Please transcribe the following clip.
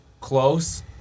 Close